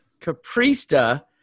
Caprista